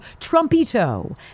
Trumpito